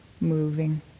moving